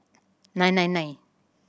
nine nine nine